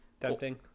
Tempting